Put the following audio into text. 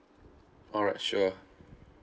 alright sure